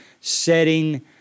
setting